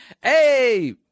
Hey